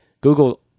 google